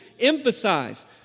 emphasize